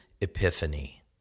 Epiphany